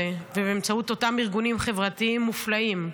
ובאמצעות אותם ארגונים חברתיים מופלאים,